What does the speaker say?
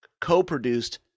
Co-produced